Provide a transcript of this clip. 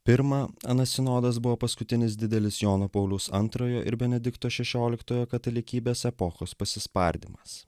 pirma anas sinodas buvo paskutinis didelis jono pauliaus antrojo ir benedikto šešioliktojo katalikybės epochos pasispardymas